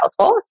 Salesforce